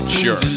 sure